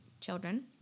children